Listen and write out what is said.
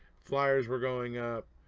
flyers were going up,